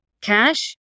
cash